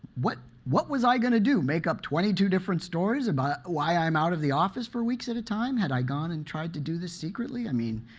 what what was i going to do, make up twenty two different stories about why i'm out of the office for weeks at a time, had i gone and tried to do this secretly? i mean,